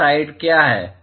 यह साइड क्या है